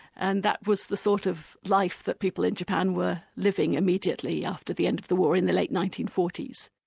and that was the sort of life that people in japan were living immediately after the end of the war in the late nineteen forty s.